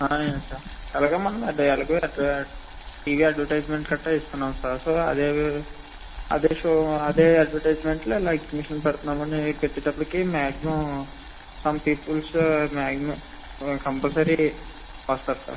sir ఎలాగో మనము అది ఎలాగో టీవీ అడ్వటైజ్మెంట్ గట్రా ఇస్తన్నాము సార్ సో అదే వి అదే షో అదే అడ్వటైజ్మెంట్లో ఇలా ఎగ్జిబిషన్ పెడుతున్నామని పెట్టేటప్పటికి maximum some peoples maximum compulsory వస్తారు సార్